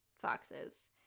foxes